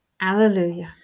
Alleluia